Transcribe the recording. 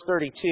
32